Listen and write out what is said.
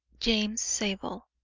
james zabel.